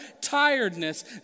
tiredness